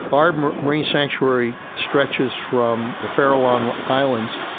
our marine sanctuary stretches from the fairlawn islands,